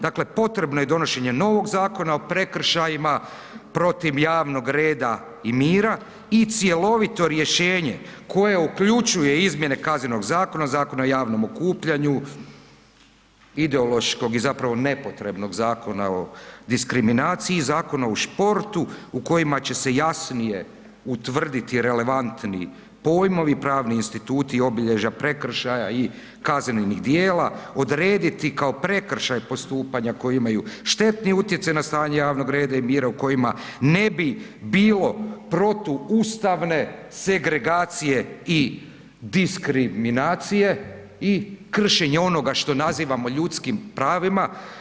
Dakle potrebno je donošenje novog Zakona o prekršajima protiv javnog reda i mira i cjelovito rješenje koje uključuje izmjene Kaznenog zakona, Zakona o javnom okupljanju, ideološkog i zapravo nepotrebnog Zakona o diskriminaciji i Zakona o sportu u kojima će se jasnije utvrditi relevantni pojmovi, pravni instituti, obilježja prekršaja i kaznenih djela, odrediti kao prekršaj postupanja koja imaju štetni utjecaj na stanje javnog reda i mira u kojima ne bi bilo protuustavne segregacije i diskriminacije i kršenja onoga što nazivamo ljudskim pravima.